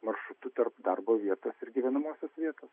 maršrutu tarp darbo vietos ir gyvenamosios vietos